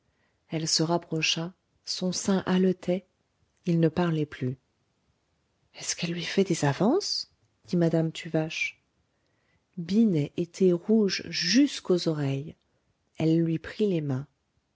elle se rapprocha son sein haletait ils ne parlaient plus est-ce qu'elle lui fait des avances dit madame tuvache binet était rouge jusqu'aux oreilles elle lui prit les mains